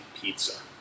pizza